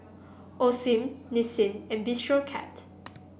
Osim Nissin and Bistro Cat